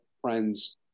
friends